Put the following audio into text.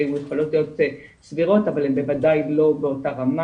הן יכולות להיות סבירות אבל בוודאי לא באותה רמה